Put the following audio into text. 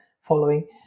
following